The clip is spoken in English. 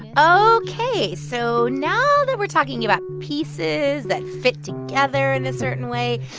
ok. so now that we're talking about pieces that fit together in a certain way,